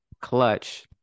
clutch